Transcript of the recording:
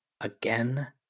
again